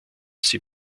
sie